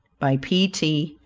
by p. t.